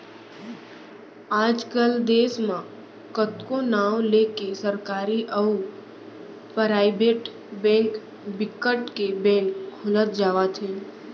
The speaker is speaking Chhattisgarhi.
आज कल देस म कतको नांव लेके सरकारी अउ पराइबेट बेंक बिकट के बेंक खुलत जावत हे